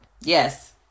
Yes